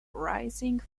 rising